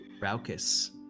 raucous